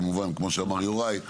כמובן כמו שאמר יוראי,